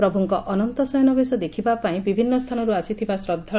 ପ୍ରଭୁଙ୍କ ଅନନ୍ତ ଶୟନ ବେଶ ଦେଖ୍ବାପାଇଁ ବିଭିନ୍ନ ସ୍ଥାନରୁ ଆସିଥିବା ଶ୍ର ହୋଇଥିଲା